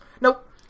Nope